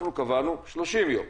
קבענו 30 יום.